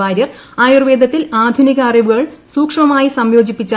വാര്യർ ആയുർവേദത്തിൽ ആധുനിക അറിവുകൾ സൂക്ഷ്മമായി സംയോജിപ്പിച്ചു